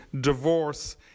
divorce